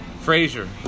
Fraser